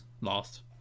Lost